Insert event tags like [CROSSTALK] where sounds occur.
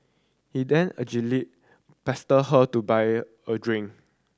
he then [UNINTELLIGIBLE] pestered her to buy a a drink